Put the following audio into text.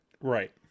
Right